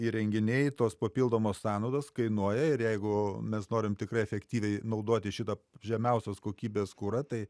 įrenginiai tos papildomos sąnaudos kainuoja ir jeigu mes norim tikrai efektyviai naudoti šitą žemiausios kokybės kurą tai